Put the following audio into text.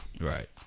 Right